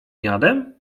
jadem